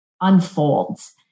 unfolds